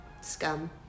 scum